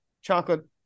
chocolate